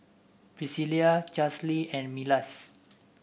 Pricilla Charlsie and Milas